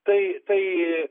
tai tai